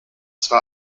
zwar